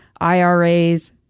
IRAs